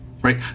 Right